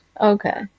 Okay